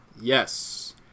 Yes